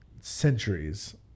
centuries